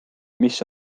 mis